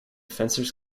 fencers